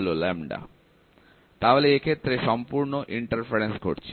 তাহলে এক্ষেত্রে সম্পূর্ণ প্রতিবন্ধক ঘটছে